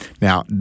Now